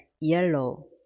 yellow